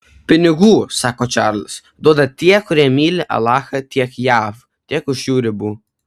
pinigų sako čarlis duoda tie kurie myli alachą tiek jav tiek už jų ribų